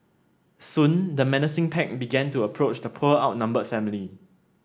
soon the menacing pack began to approach the poor outnumbered family